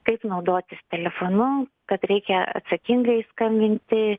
kaip naudotis telefonu kad reikia atsakingai skambinti